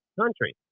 country